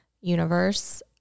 universe